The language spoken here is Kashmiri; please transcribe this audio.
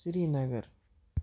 سرینگر